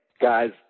guys